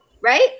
right